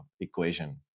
equation